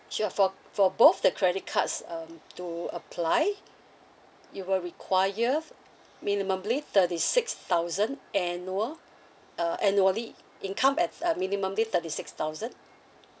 sure for for both the credit cards um to apply it will require f~ minimumly thirty six thousand annual uh annually income at a minimumly thirty six thousand